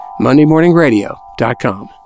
MondayMorningRadio.com